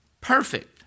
Perfect